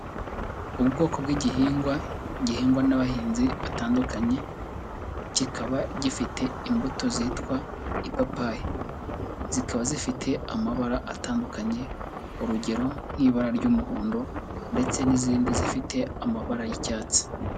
Ubwoko bw'igihingwa, gihingwa n'abahinzi batandukanye, kikaba gifite imbuto zitwa ipapayi. Zikaba zifite amabara atandukanye, urugero nk'ibara ry'umuhondo ndetse n'izindi zifite amabara y'icyatsi.